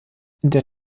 der